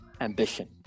ambition